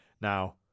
now